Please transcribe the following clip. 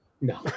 No